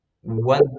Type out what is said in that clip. One